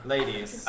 Ladies